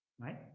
right